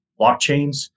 blockchains